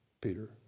Peter